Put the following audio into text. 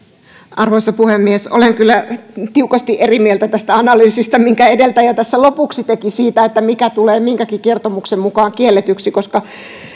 arvoisa puhemies olen kyllä tiukasti eri mieltä tästä analyysistä minkä edeltäjä lopuksi teki siitä mikä tulee minkäkin kertomuksen mukaan kielletyksi koska